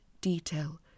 detail